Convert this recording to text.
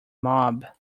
mob